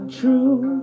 true